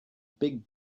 big